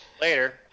later